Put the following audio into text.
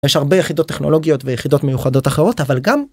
יש הרבה יחידות טכנולוגיות ויחידות מיוחדות אחרות, אבל גם.